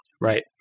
Right